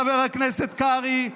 חבר הכנסת קרעי.